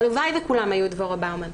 הלוואי וכולם היו דבורה באומן.